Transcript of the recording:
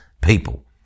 people